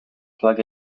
plug